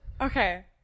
okay